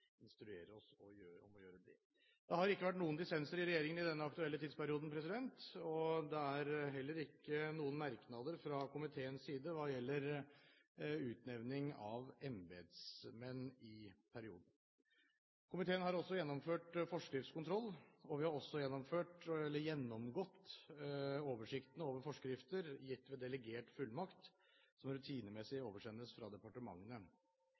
om å gjøre det. Det har ikke vært noen dissenser i regjeringen i denne aktuelle tidsperioden, og det er heller ikke noen merknader fra komiteens side hva gjelder utnevning av embetsmenn i perioden. Komiteen har også gjennomført forskriftskontroll, og vi har også gjennomgått oversikten over forskrifter gitt ved delegert fullmakt som rutinemessig oversendes fra departementene.